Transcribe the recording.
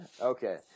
Okay